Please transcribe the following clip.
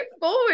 forward